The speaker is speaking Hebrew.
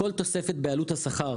כל תוספת בעלות השכר,